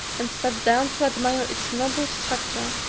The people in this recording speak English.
and sat down to admire its noble structure,